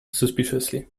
suspiciously